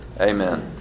Amen